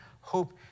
Hope